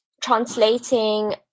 translating